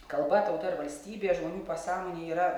kalba tauta ir valstybė žmonių pasąmonėje yra